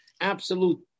absolute